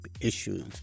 issues